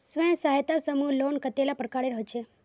स्वयं सहायता समूह लोन कतेला प्रकारेर होचे?